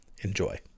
Enjoy